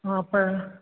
ஆ அப்போ